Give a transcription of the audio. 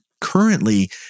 currently